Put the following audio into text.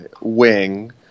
wing